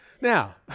Now